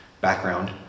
background